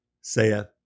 saith